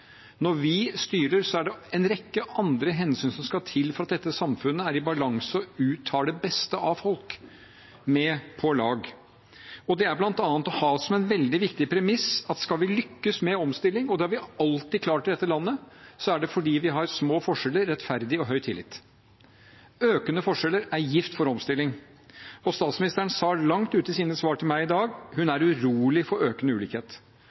Når vi styrer, er det en rekke andre hensyn som skal til for at dette samfunnet skal være i balanse og ta det beste fra folk med på laget. Det er bl.a. å ha som en veldig viktig premiss at skal vi lykkes med omstilling – og det har vi alltid klart i dette landet – er det fordi vi har små forskjeller, rettferdighet og høy tillit. Økende forskjeller er gift for omstilling, og statsministeren sa langt ute i sine svar til meg i dag at hun er urolig for økende ulikhet.